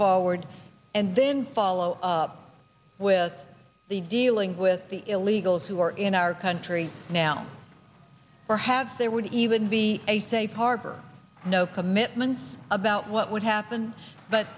forward and then follow up with the dealing with the illegals who are in our country now perhaps there would even be a safe harbor no commitments about what would happen but